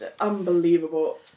unbelievable